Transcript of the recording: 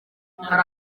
hari